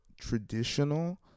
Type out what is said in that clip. traditional